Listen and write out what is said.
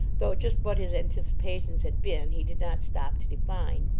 though just what his anticipations had been he did not stop to define.